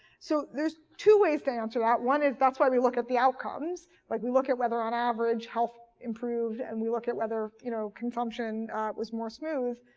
so there's two ways to answer that. one is that's why we look at the outcomes. like we look at whether on average health improved and we look at whether you know consumption was more smooth.